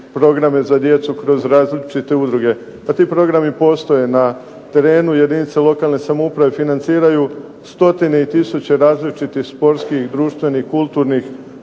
programe za djecu kroz različite udruge. Pa ti programi postoje na terenu. Jedinice lokalne samouprave financiraju stotine i tisuće različitih sportskih, društvenih, kulturnih